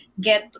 get